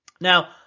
Now